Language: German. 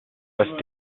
das